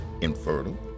infertile